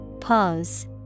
Pause